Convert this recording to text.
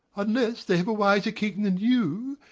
unless they have a wiser king than you!